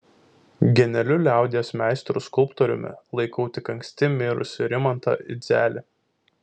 genialiu liaudies meistru skulptoriumi laikau tik anksti mirusį rimantą idzelį